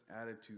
attitude